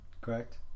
Correct